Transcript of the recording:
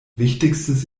wichtigstes